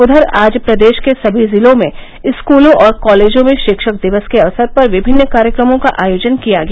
उधर आज प्रदेश के सभी जिलों में स्कूलों और कॉलेजों में शिक्षक दिवस के अवसर पर विभिन्न कार्यक्रमों का आयोजन किया गया